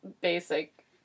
basic